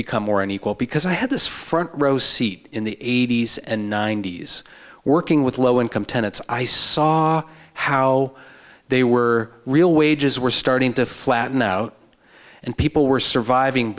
become more unequal because i had this front row seat in the eighty's and ninety's working with low income tenets i saw how they were real wages were starting to flatten out and people were surviving